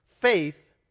Faith